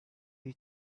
you